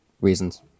reasons